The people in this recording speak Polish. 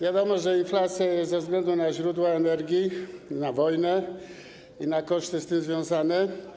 Wiadomo, że inflacja jest ze względu na źródła energii, na wojnę i na koszty z tym związane.